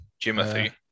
Jimothy